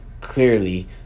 clearly